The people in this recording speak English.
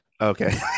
Okay